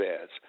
ads